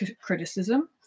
criticism